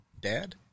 Dad